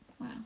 Wow